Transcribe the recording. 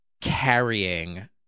carrying